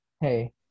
hey